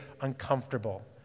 uncomfortable